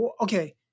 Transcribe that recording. Okay